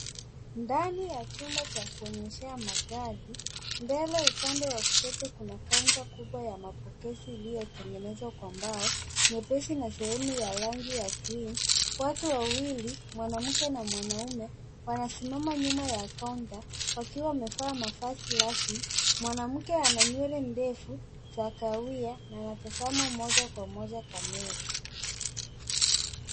Ndani ya chumba cha kuonyeshea magari mbele upande wa kushoto kuna kaunta ya mapokezi iliotengenezwa kwa mbao nyepesi na sehemu ya rangi ya green . Watu wawili mwanamke na mwanaume wanasimama nyuma ya kaunta wakiwa wamevaa mavasi rasmi. Mwanamke ana nywele ndefu za kahawia na anatazama moja kwa moja kamera.